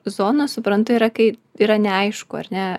zonos suprantu yra kai yra neaišku ar ne